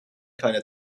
keine